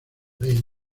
ley